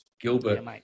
Gilbert